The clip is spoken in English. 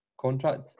contract